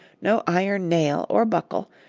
no iron nail or buckle,